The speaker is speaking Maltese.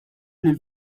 lill